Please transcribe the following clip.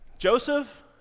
Joseph